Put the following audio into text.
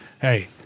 hey